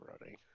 running